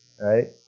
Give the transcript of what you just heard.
right